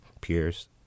peers